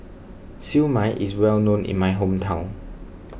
Siew Mai is well known in my hometown